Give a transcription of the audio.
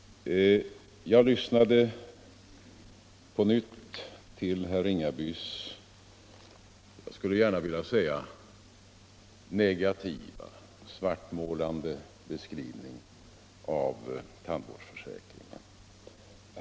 Jag lyssnade på nytt till herr Ringabys, jag skulle gärna vilja säga negativa, svartmålande beskrivning av tandvårdsförsäkringen.